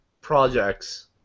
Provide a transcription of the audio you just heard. projects